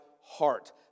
heart